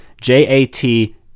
J-A-T